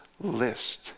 list